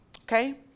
Okay